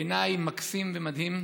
בעיני מקסים ומדהים,